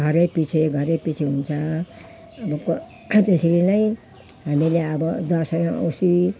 घरै पछि घरै पछि हुन्छ अब त्यसरी नै हामीले अब दसैँ र औँसी